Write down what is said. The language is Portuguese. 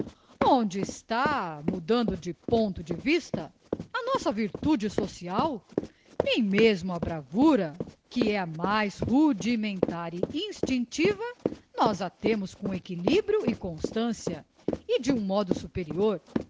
onde está mudando de ponto de vista a nossa virtude social nem mesmo a bravura que é a mais rudimentar e instinctiva nós a temos com equilíbrio e constância e de um modo superior